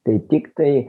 tai tiktai